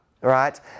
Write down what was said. right